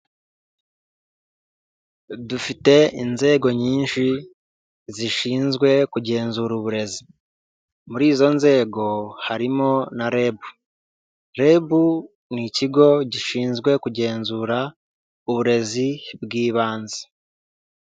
Dufite inzego nyinshi, zishinzwe kugenzura uburezi. Muri izo nzego harimo na Rebu. Rebu ni ikigo gishinzwe kugenzura uburezi bw'ibanze.